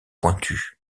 pointues